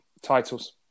titles